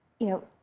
you know,